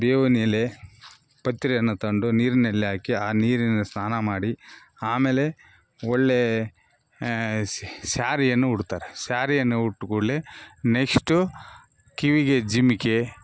ಬೇವಿನೆಲೆ ಪತ್ರೆಯನ್ನು ತಂದು ನೀರ್ನಲ್ಲಿ ಹಾಕಿ ಆ ನೀರಿನಿಂದ ಸ್ನಾನ ಮಾಡಿ ಆಮೇಲೆ ಒಳ್ಳೆ ಸ್ಯಾರಿಯನ್ನು ಉಡ್ತಾರೆ ಸ್ಯಾರಿಯನ್ನು ಉಟ್ಟ ಕೂಡಲೆ ನೆಸ್ಟು ಕಿವಿಗೆ ಜುಮ್ಕೆ